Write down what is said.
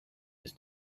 his